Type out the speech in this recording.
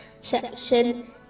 section